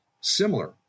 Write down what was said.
similar